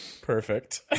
Perfect